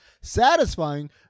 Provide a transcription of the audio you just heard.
satisfying